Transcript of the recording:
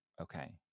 Okay